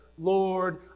lord